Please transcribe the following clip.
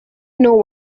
know